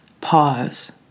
Pause